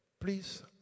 please